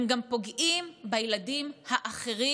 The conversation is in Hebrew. הם גם פוגעים בילדים האחרים,